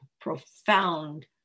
profound